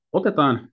otetaan